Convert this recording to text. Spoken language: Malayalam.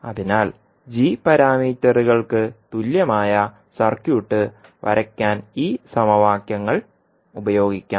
അതിനാൽ g പാരാമീറ്ററുകൾക്ക് തുല്യമായ സർക്യൂട്ട് വരയ്ക്കാൻ ഈ സമവാക്യങ്ങൾ ഉപയോഗിക്കാം